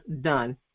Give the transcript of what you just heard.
done